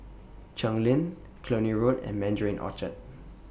Cheng Lim Cluny Road and Mandarin Orchard